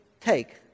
take